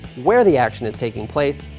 where the action is taking place,